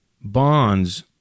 bonds